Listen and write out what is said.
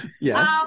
Yes